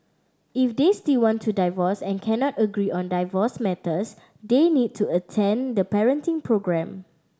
if they still want to divorce and cannot agree on divorce matters they need to attend the parenting programme